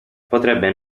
potrebbe